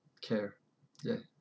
care yeah